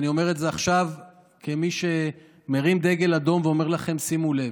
ואני אומר את זה עכשיו כמי שמרים דגל אדום ואומר לכם: שימו לב,